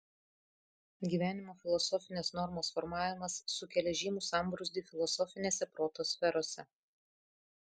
gyvenimo filosofinės normos formavimas sukelia žymų sambrūzdį filosofinėse proto sferose